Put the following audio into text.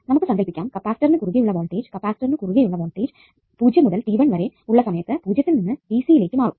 നമുക്ക് സങ്കല്പിക്കാം കപ്പാസിറ്ററിനു കുറുകെ ഉള്ള വോൾടേജ് കപ്പാസിറ്ററിനു കുറുകെ ഉള്ള വോൾടേജ് 0 മുതൽ t1 വരെ ഉള്ള സമയത്തു 0 ത്തിൽ നിന്ന് ലേക്ക് മാറും